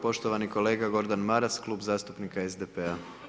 Poštovani kolega Gordan Maras, Klub zastupnik SDP-a.